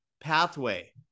pathway